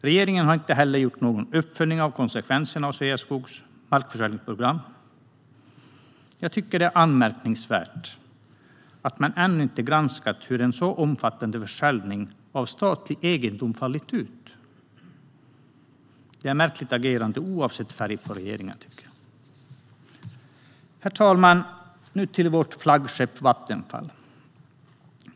Regeringen har heller inte gjort någon uppföljning av konsekvenserna av Sveaskogs markförsäljningsprogram. Jag tycker att det är anmärkningsvärt att man ännu inte har granskat hur en så omfattande försäljning av statlig egendom har fallit ut. Det är ett märkligt agerande oavsett färg på regeringar. Herr talman! Nu till vårt flaggskepp Vattenfall.